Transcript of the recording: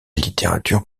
littérature